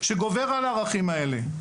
שגובר על הערכים האלה.